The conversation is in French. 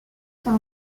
sont